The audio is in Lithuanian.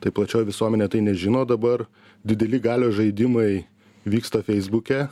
tai plačioji visuomenė tai nežino dabar dideli galios žaidimai vyksta feisbuke